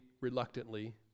reluctantly